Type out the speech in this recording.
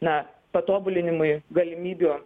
na patobulinimui galimybių